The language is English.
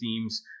themes